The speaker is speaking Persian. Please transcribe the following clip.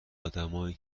آدمایی